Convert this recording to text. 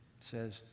says